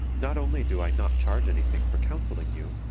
not only do i not charge anything for counseling you,